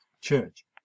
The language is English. church